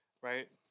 right